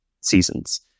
seasons